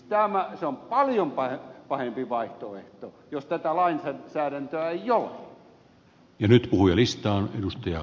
se on paljon pahempi vaihtoehto jos tätä lainsäädäntöä ei ole